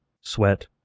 sweat